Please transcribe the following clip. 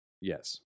Yes